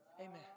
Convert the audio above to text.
Amen